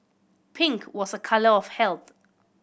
pink was a colour of health